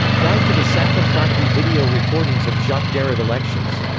guide to the saffa fathy video recordings of jacques derrida lectures.